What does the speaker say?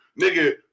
nigga